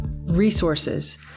resources